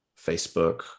Facebook